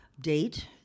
date